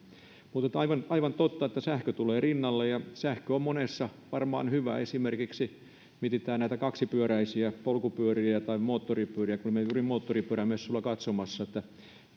mutta on aivan totta että sähkö tulee rinnalle ja sähkö on monessa varmaan hyvä esimerkiksi kun mietitään näitä kaksipyöräisiä polkupyöriä tai moottoripyöriä me kävimme juuri moottoripyörämessuilla katsomassa että